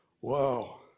Wow